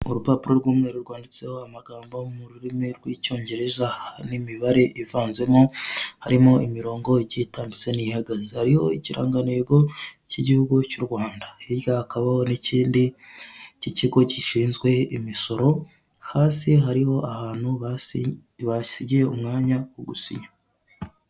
Urupapuro rw'umweru rwanditseho amagambo mu rurimi rw'icyongereza n'imibare ivanzemo harimo imirongo igiye itambitse n'ihagaze hariho ikirangantego cy'igihugu cyu Rwanda hirya hakabaho nikindi ki kigo gishinzwe imisoro hasi hariho ahantu basigiye umwanya wo gusinya.